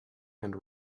and